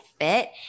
fit